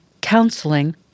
counseling